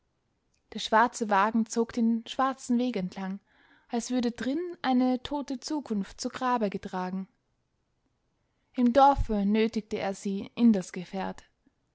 der schwarze wagen zog den schwarzen weg entlang als würde drin eine tote zukunft zu grabe gefahren im dorfe nötigte er sie in das gefährt